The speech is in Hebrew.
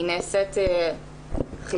היא נעשית חלקית,